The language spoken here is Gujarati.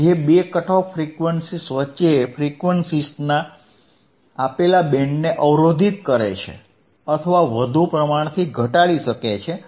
જે બે કટ ઓફ ફ્રીક્વન્સીઝ વચ્ચે ફ્રીક્વન્સીઝના આપેલા બેન્ડને અવરોધિત કરે અથવા વધુ પ્રમાણથી ઘટાડી શકે છે